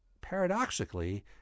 paradoxically